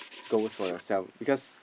goes for yourself because